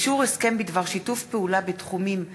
אישור הסכם בדבר שיתוף פעולה בתחומים חינוך,